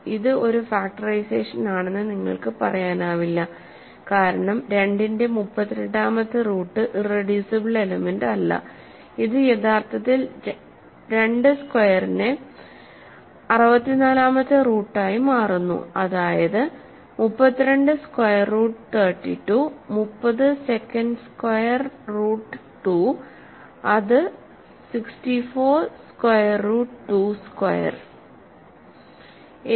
ഇത് ഒരു ഫാക്ടറൈസേഷനാണെന്ന് നിങ്ങൾക്ക് പറയാനാവില്ല കാരണം 2 ന്റെ 32 ാമത്തെ റൂട്ട് ഇറെഡ്യൂസിബിൾ എലെമെന്റ്സ് അല്ല ഇത് യഥാർത്ഥത്തിൽ 2 സ്ക്വയറിനെ 64 ാമത്തെ റൂട്ടായി മാറുന്നു അതായത് 32 square root 32 30 second square root 2 അത് 64 സ്ക്വയർ റൂട്ട് 2 സ്ക്വയർ